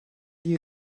die